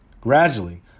Gradually